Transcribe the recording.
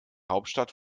hauptstadt